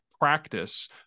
Practice